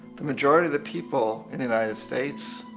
the majority of the people, in the united states,